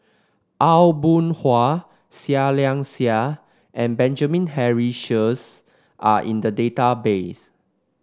Aw Boon Haw Seah Liang Seah and Benjamin Henry Sheares are in the database